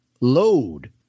load